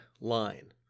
line